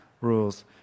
rules